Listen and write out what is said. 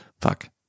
Fuck